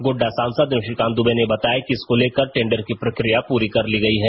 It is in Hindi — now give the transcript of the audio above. गोड्डा सांसद निशिकांत दुबे ने बताया कि इसको लेकर टेंडर की प्रक्रिया पूरी कर ली गई है